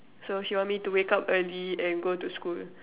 so she want me to wake up early and go to school